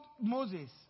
Moses